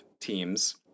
teams